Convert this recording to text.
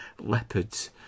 leopards